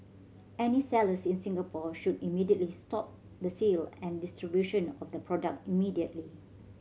any sellers in Singapore should immediately stop the sale and distribution of the product immediately